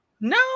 no